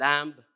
Lamb